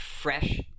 fresh